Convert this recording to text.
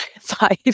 five